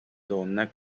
donne